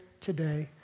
today